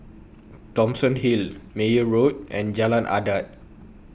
Thomson Hill Meyer Road and Jalan Adat